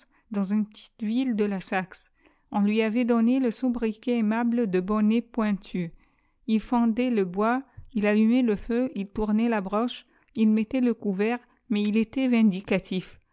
dans une petite ville de la saxe on lui avait donné le sobriquet aimable de bonnet pointu il fendait le bois il allumait le feu il tournait la broche il mettait le couvert mais il était vindicatif